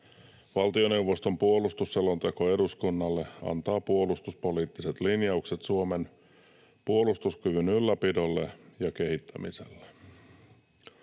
Valtioneuvoston puolustusselonteko eduskunnalle antaa puolustuspoliittiset linjaukset Suomen puolustuskyvyn ylläpidolle ja kehittämiselle.